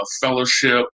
Fellowship